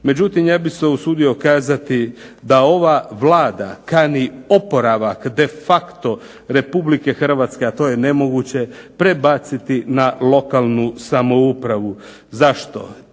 Međutim, ja bih se usudio kazati da ova Vlada kani oporavak de facto Republike Hrvatske, a to je nemoguće, prebaciti na lokalnu samoupravu. Zašto?